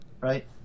Right